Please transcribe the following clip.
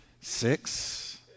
Six